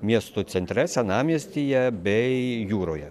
miesto centre senamiestyje bei jūroje